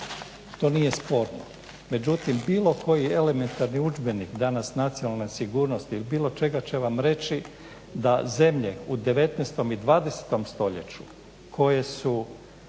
To nije sporno. Međutim bilo koji elementarni udžbenik, danas nacionalna sigurnost ili bilo čega će vam reći da zemlje u 19. i 20. stoljeću koje su